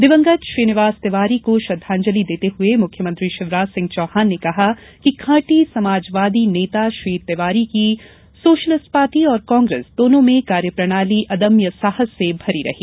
दिवंगत श्रीनिवास तिवारी को श्रद्धांजलि देते हुए मुख्यमंत्री शिवराज सिंह चौहान ने कहा कि खांटी समाजवादी नेता श्री तिवारी की सोशलिस्ट पार्टी और कांग्रेस दोनों में कार्यप्रणाली अदम्य साहस से भरी रही